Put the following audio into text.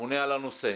הממונה על הנושא,